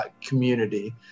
community